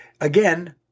again